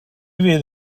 fydd